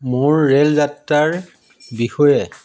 মোৰ ৰে'ল যাত্ৰাৰ বিষয়ে